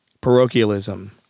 parochialism